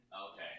Okay